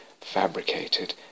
fabricated